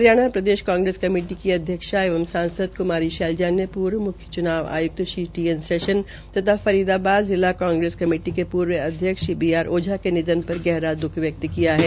हरियाणा प्रदेश कांग्रेस कमेटी के अध्यक्ष एवं सांसद क्मारी ने प्र्व मुख्य च्नाव आय्कत श्री टी एन सेशन तथा फरीदाबाद के जिला कांग्रेस कमेटी के पूर्व अध्यक्ष श्री बी आर ओझा के निधन पर गहरा द्रख व्यक्त किया है